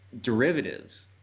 derivatives